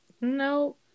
no